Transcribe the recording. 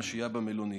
מהשהייה במלונית.